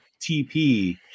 TP